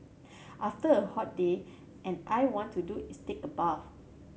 after a hot day and I want to do is take bath